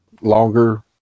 longer